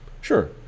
Sure